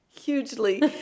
hugely